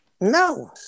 no